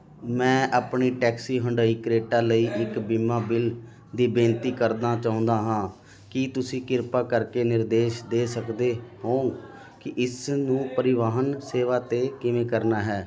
ਮੈਂ ਆਪਣੀ taxi Hyundai Creta ਲਈ ਇੱਕ ਬੀਮਾ ਬਿੱਲ ਦੀ ਬੇਨਤੀ ਕਰਨਾ ਚਾਹੁੰਦਾ ਹਾਂ ਕੀ ਤੁਸੀਂ ਕਿਰਪਾ ਕਰਕੇ ਨਿਰਦੇਸ਼ ਦੇ ਸਕਦੇ ਹੋ ਕਿ ਇਸ ਨੂੰ ਪਰਿਵਾਹਨ ਸੇਵਾ 'ਤੇ ਕਿਵੇਂ ਕਰਨਾ ਹੈ